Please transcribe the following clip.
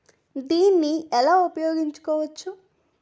దీన్ని ఎలా ఉపయోగించు కోవచ్చు?